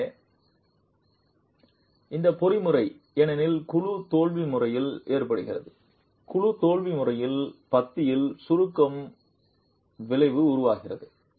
எனவே இந்த பொறிமுறை ஏனெனில் குழு தோல்வி முறையில் ஏற்படுகிறது குழு தோல்வி முறையில் பத்தியில் சுருக்கும் விளைவு உருவாக்குகிறது